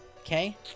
Okay